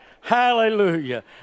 Hallelujah